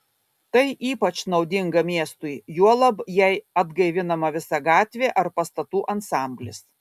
tai ypač naudinga miestui juolab jei atgaivinama visa gatvė ar pastatų ansamblis